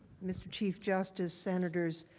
mr. chief justice, senators,